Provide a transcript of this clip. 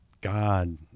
God